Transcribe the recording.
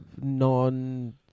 non